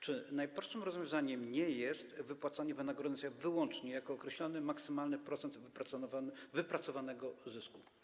Czy najprostszym rozwiązaniem nie jest wypłacanie wynagrodzenia wyłącznie jako określony maksymalny procent wypracowanego zysku?